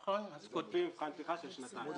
נכון?: מבחן תמיכה של שנתיים.